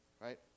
right